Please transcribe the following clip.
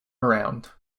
around